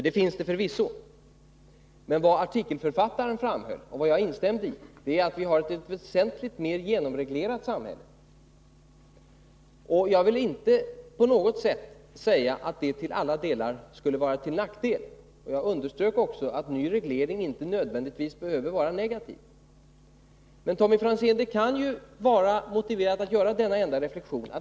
Det finns det förvisso. Vad artikelförfattaren framhöll och jag instämde i är att vi har ett väsentligt mer genomreglerat samhälle. Jag vill inte på något sätt säga att detta till alla delar skulle vara till nackdel. Jag underströk att regleringen inte nödvändigtvis behöver vara negativ. Men, Tommy Franzén, det kan vara motiverat att göra denna enda reflektion.